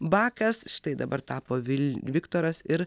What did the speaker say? bakas štai dabar tapo vil viktoras ir